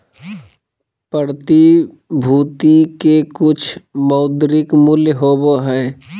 प्रतिभूति के कुछ मौद्रिक मूल्य होबो हइ